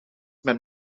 met